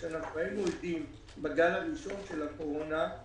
היינו עדים בגל הראשון של הקורונה לכך